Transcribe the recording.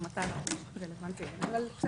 אם אתה רלוונטי אבל בסדר.